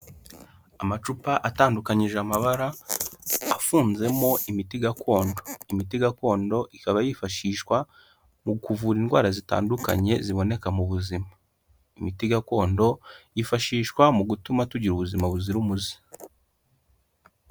Amacupa atandukanyije amabara, afunzemo imiti gakondo, imiti gakondo ikaba yifashishwa mu kuvura indwara zitandukanye ziboneka mu buzima, imiti gakondo yifashishwa mu gutuma tugira ubuzima buzira umuze.